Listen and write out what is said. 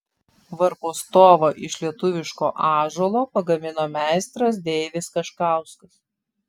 varpo stovą iš lietuviško ąžuolo pagamino meistras deivis kaškauskas